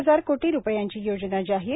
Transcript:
हजार कोटी रुपयांची योजना जाहीर